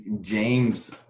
james